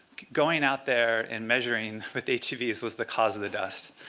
going out there and measuring with atvs was the cause of the dust.